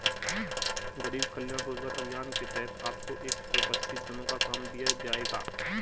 गरीब कल्याण रोजगार अभियान के तहत आपको एक सौ पच्चीस दिनों का काम दिया जाएगा